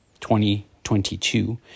2022